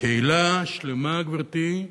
קהילה שלמה, גברתי,